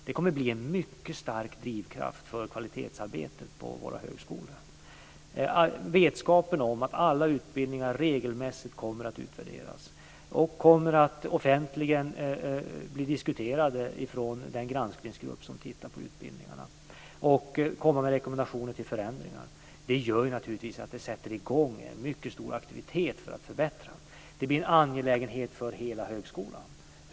Det kommer att bli en stark drivkraft för kvalitetsarbetet på våra högskolor. Vetskapen om att alla utbildningar regelmässigt kommer att utvärderas, kommer att offentligen bli diskuterade av den granskningsgrupp som tittar på utbildningarna som kommer att ge rekommendationer till förändringar, gör naturligtvis att en stor aktivitet för att förbättra sätts i gång. Det blir en angelägenhet för hela högskolan.